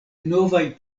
novaj